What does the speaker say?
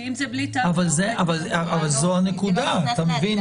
אבל זו הנקודה, אתה מבין?